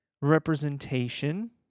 representation